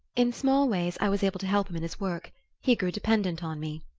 in small ways i was able to help him in his work he grew dependent on me.